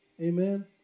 Amen